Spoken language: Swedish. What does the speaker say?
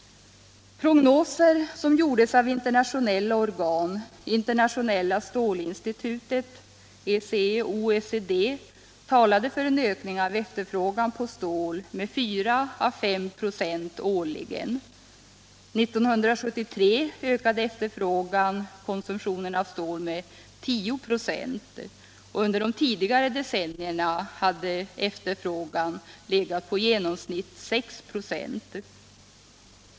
Prognoser som gjordes av internationella organ, Internationella stålinstitutet , ECE och OECD, talade för en ökning av efterfrågan på stål med 4 å 5 96 årligen. 1973 ökade konsumtionen av stål med 10 926. Under de tidigare decennierna hade efterfrågan legat på i genomsnitt 6 96.